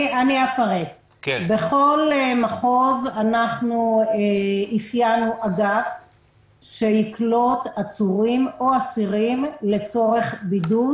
בכל מחוז אפיינו אגף שיקלוט עצורים או אסירים לצורך בידוד.